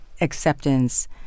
acceptance